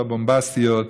לא בומבסטיות,